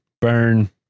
Burn